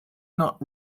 not